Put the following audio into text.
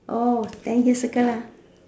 orh then you circle lah